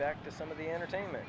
back to some of the entertainment